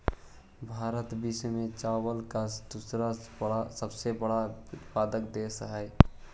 भारत विश्व में चावल का दूसरा सबसे बड़ा उत्पादक देश हई